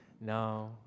No